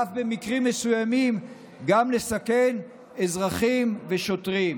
במקרים מסוימים גם לסכן אזרחים ושוטרים.